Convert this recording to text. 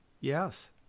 Yes